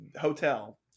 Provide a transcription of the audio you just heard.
hotel